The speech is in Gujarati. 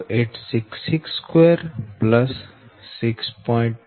08662 6